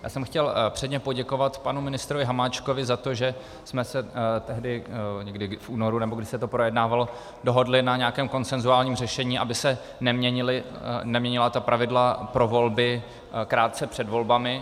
Já jsem chtěl předně poděkovat panu ministrovi Hamáčkovi za to, že jsme se tehdy v únoru, nebo kdy se to projednávalo, dohodli na nějakém konsenzuálním řešení, aby se neměnila pravidla pro volby krátce před volbami.